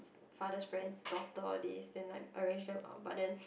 father's friend's daughter all these then like arranged them but then